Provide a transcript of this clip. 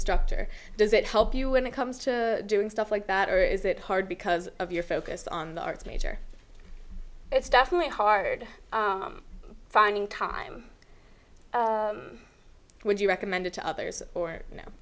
structure does it help you when it comes to doing stuff like that or is it hard because of your focus on the arts major it's definitely hard finding time would you recommend it to others or you know